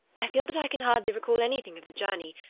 i feel that i can hardly recall anything of the journey,